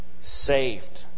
Saved